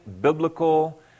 biblical